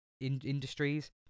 Industries